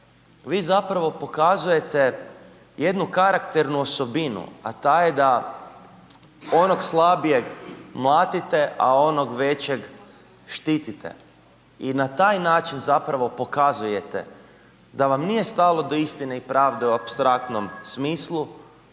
vi zapravo pokazujete jednu karakternu osobinu, a ta je da onog slabijeg mlatite, a onog većeg štitite. I na taj način zapravo pokazujete da vam nije stalo do istine i pravde u apstraktnom smislu